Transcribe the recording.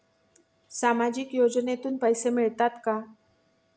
सामाजिक योजनेतून पैसे मिळतात का?